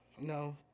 No